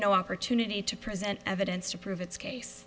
no opportunity to present evidence to prove its case